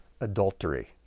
adultery